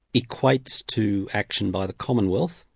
equates to action by the commonwealth,